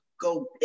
go